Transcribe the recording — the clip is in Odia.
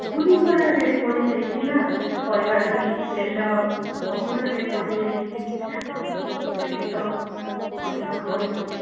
ସବୁ ଜିନିଷର ରେଟ୍ ବଢ଼ିଯାଇଛି ନା ପରିବାଠୁ ନେଇକି ତେଲ ସବୁର ରେଟ୍ ବଢ଼ିଯାଇଛି ଆଉ ରେଟ୍ ତ ବଢ଼େଇବାକୁ ପଡ଼ିବ ହିଁ